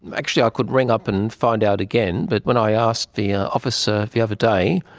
actually i could ring up and find out again but when i asked the ah officer the other day,